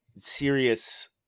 serious